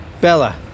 Bella